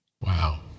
Wow